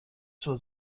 zur